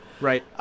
Right